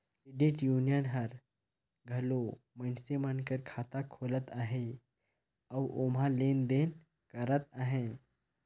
credit union हर घलो मइनसे मन कर खाता खोलत अहे अउ ओम्हां लेन देन करत अहे